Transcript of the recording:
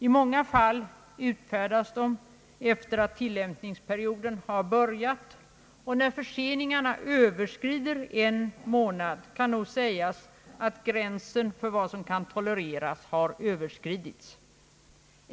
I många fall utfärdas de efter det att tilllämpningsperioden börjat. När förseningarna överskrider en månad kan nog sägas att gränsen för vad som kan tolereras har överskridits.